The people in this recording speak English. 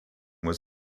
was